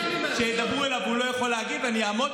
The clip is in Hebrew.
כמו שכולם אומרים: נגמר